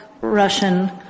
Russian